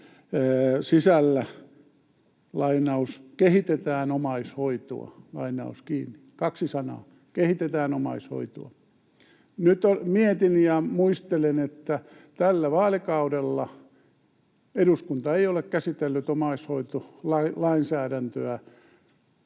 sisällä: ”Kehitetään omaishoitoa.” Kaksi sanaa: kehitetään omaishoitoa. Nyt mietin ja muistelen, että tällä vaalikaudella eduskunta ei ole käsitellyt omaishoitolainsäädäntöä